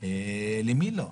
למי לא?